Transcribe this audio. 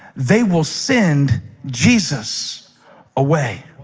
they will send jesus away.